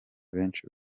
benshi